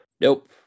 Nope